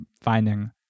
finding